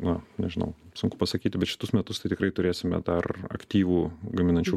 na nežinau sunku pasakyti bet šitus metus tikrai turėsime dar aktyvų gaminančių